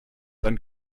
dann